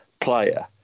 player